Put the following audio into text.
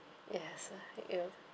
yes right you